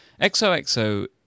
XOXO